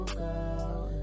girl